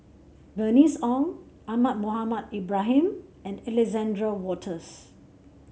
Bernice Ong Ahmad Mohamed Ibrahim and Alexander Wolters